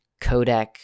codec